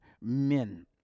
Men